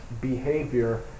behavior